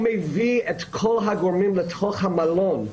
הוא מביא את כל הגורמים לתוך המלון.